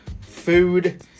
food